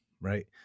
right